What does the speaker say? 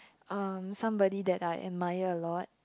um somebody that I admire a lot